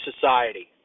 society